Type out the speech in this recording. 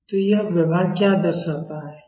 तो यह व्यवहार क्या दर्शाता है